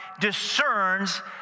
discerns